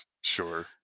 Sure